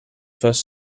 first